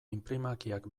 inprimakiak